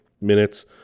minutes